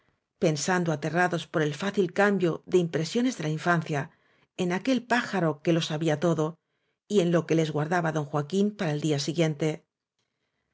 pensando aterrados por el fácil cambio de impresiones de la infancia en aquel pájaro que lo sabía todo y en lo que les guardaba don foaquín para el día siguiente